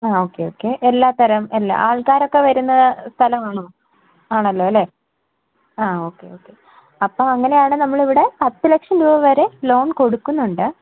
ആ okay okay എല്ലാ തരം എല്ലാ ആൾക്കാരൊക്കെ വരുന്ന സ്ഥലമാണോ ആണല്ലോ അല്ലെ ആ ഓക്കെ ഓക്കെ അപ്പോൾ അങ്ങനെയാണ് നമ്മൾ ഇവിടെ പത്ത് ലക്ഷം രൂപവരെ ലോൺ കൊടുക്കുന്നുണ്ട്